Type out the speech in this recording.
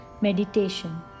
Meditation